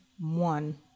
one